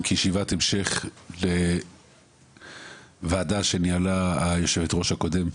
כישיבת המשך לוועדה שניהלה היושבת-ראש הקודמת,